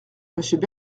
monsieur